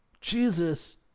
Jesus